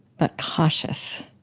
but cautious.